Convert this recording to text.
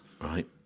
Right